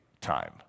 time